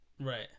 Right